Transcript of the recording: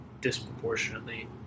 disproportionately